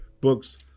books